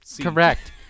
Correct